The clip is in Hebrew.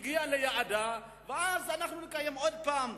הגיעה ליעדה, ואז אנחנו נקיים דיון עוד פעם.